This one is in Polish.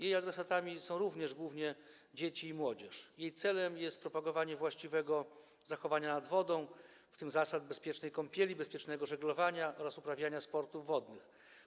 Jej adresatami są również głównie dzieci i młodzież, a celem jest propagowanie właściwego zachowania nad wodą, w tym zasad bezpiecznej kąpieli, bezpiecznego żeglowania oraz uprawiania sportów wodnych.